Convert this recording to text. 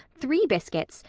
three biscuits,